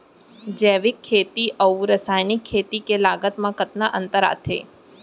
जैविक खेती अऊ रसायनिक खेती के लागत मा कतना अंतर आथे?